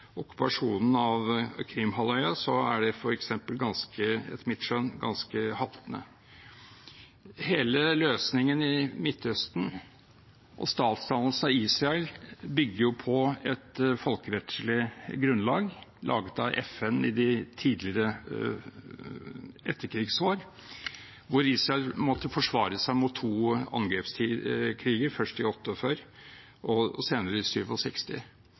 okkupasjonen av Krim-halvøya, er det etter mitt skjønn ganske haltende. Hele løsningen i Midtøsten og statsdannelsen av Israel bygde jo på et folkerettslig grunnlag, laget av FN i de tidlige etterkrigsår, da Israel måtte forsvare seg mot to angrepskriger, først i 1948 og senere i